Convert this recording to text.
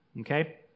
Okay